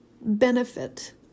benefit